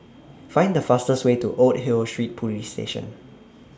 Find The fastest Way to Old Hill Street Police Station